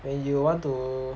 then you want to